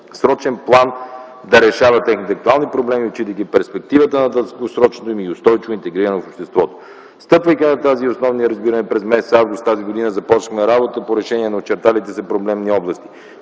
краткосрочен план да решава техните актуални проблеми, отчитайки перспективата на дългосрочно и устойчиво интегриране в обществото. Стъпвайки на тези основни разбирания през м. август т.г. започна работа по решение на очерталите се проблемни области.